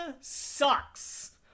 sucks